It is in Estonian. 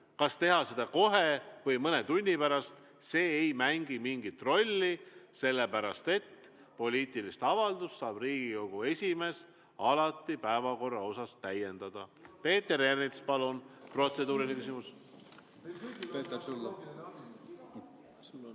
kas teha seda kohe või mõne tunni pärast, ei mängi mingit rolli, sellepärast et poliitilise avaldusega saab Riigikogu esimees alati päevakorda täiendada. Peeter Ernits, palun, protseduuriline küsimus!